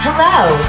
Hello